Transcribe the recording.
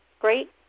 Great